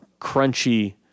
crunchy